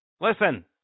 Listen